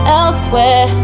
elsewhere